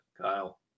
Kyle